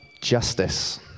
justice